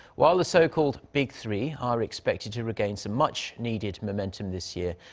while the so-called big three are expected to regain some much-needed momentum this year.